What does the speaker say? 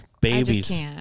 Babies